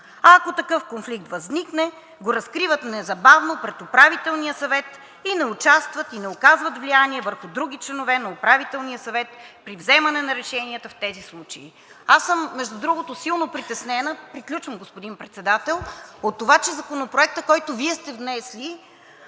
а ако такъв конфликт възникне, го разкриват незабавно пред Управителния съвет и не участват, и не оказват влияния върху други членове на Управителния съвет при вземане на решенията в тези случаи.“ Аз съм, между другото, силно притеснена от това, че Законопроектът, който Вие сте внесли,